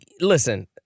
listen